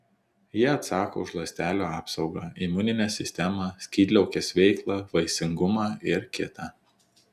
jie atsako už ląstelių apsaugą imuninę sistemą skydliaukės veiklą vaisingumą ir kita